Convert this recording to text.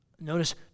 Notice